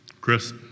Chris